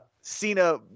Cena